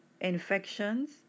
Infections